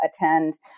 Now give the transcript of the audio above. attend